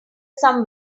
some